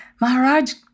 Maharaj